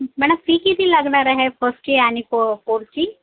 madam fee किती लागणार आहे फर्स्टची आणि फो फोर्थची